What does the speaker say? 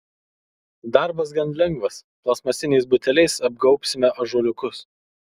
darbas gan lengvas plastmasiniais buteliais apgaubsime ąžuoliukus